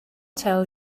tell